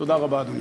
תודה רבה, אדוני.